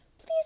please